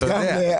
אתה יודע.